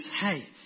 hey